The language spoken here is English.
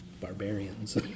barbarians